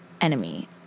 enemy